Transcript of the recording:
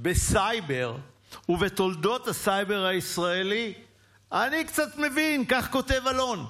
בסייבר ובתולדות הסייבר הישראלי אני קצת מבין" כך כותב אלון.